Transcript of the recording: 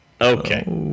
okay